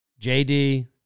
JD